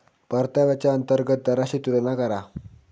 परताव्याच्या अंतर्गत दराशी तुलना करा